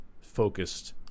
focused